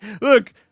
look